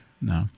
No